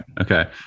Okay